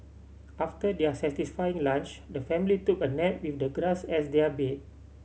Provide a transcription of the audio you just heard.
after their satisfying lunch the family took a nap with the grass as their bed